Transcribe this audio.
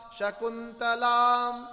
Shakuntalam